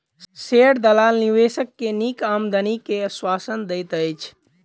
share दलाल निवेशक के नीक आमदनी के आश्वासन दैत अछि